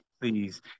please